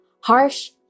Harsh